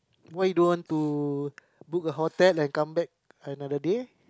why you don't want to book a hotel and come back another day